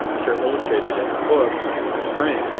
which are illustrated in her book silent spring,